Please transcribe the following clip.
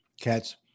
Cats